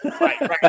Right